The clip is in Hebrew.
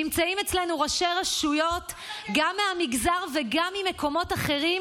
נמצאים אצלנו ראשי רשויות גם מהמגזר וגם ממקומות אחרים